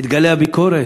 את גלי הביקורת.